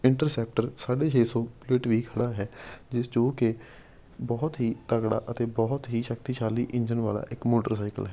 interceptor ਸਾਢ਼ੇ ਛੇ ਸੌ ਬੁਲੇਟ ਵੀ ਖੜ੍ਹਾ ਹੈ ਜਿਸ ਜੋ ਕਿ ਬਹੁਤ ਹੀ ਤਗੜਾ ਅਤੇ ਬਹੁਤ ਹੀ ਸ਼ਕਤੀਸ਼ਾਲੀ ਇੰਜਣ ਵਾਲਾ ਇੱਕ ਮੋਟਰਸਾਈਕਲ ਹੈ